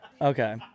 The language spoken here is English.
Okay